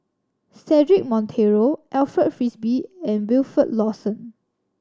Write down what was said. Cedric Monteiro Alfred Frisby and Wilfed Lawson